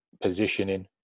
positioning